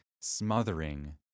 smothering